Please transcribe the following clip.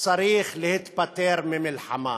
צריך להיפטר ממלחמה.